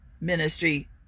ministry